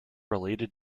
related